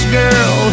girl